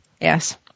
Yes